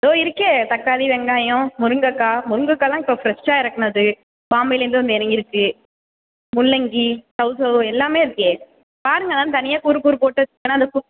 தோ இருக்கே தக்காளி வெங்காயம் முருங்கக்காய் முருங்கக்காய்லாம் இப்போ ஃப்ரெஷ்ஷாக இறக்னது பாம்பேலேந்து வந்து இறங்கிருக்கு முள்ளங்கி சௌசௌ எல்லாமே இருக்கே பாருங்கள் அதான் தனியாக கூறு கூறு போட்டு அந்த கு